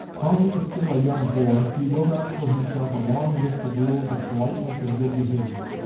while he was still a young boy, he wrote out for himself a long list of rules of politeness and good behavior.